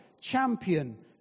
champion